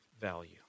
value